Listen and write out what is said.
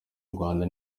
rwanda